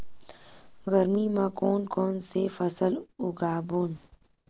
गरमी मा कोन कौन से फसल उगाबोन?